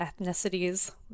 ethnicities